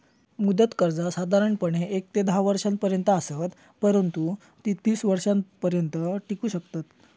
मुदत कर्जा साधारणपणे येक ते धा वर्षांपर्यंत असत, परंतु ती तीस वर्षांपर्यंत टिकू शकतत